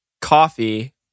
coffee